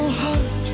heart